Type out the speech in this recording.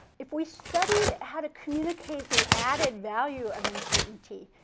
if we studied how to communicate the added value of uncertainty,